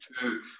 two